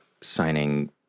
signing